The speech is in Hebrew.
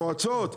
המועצות?